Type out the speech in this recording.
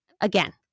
again